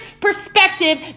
perspective